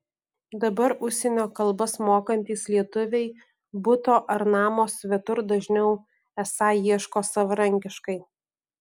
dabar užsienio kalbas mokantys lietuviai buto ar namo svetur dažniau esą ieško savarankiškai